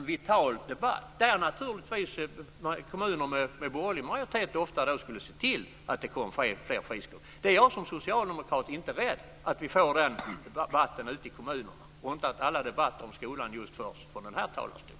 Kommuner med borgerlig majoritet skulle naturligtvis ofta se till att det kom fler friskolor. Som socialdemokrat är jag inte rädd att vi får den debatten ute i kommunerna. Alla debatter om skolan behöver inte föras just från den här talarstolen.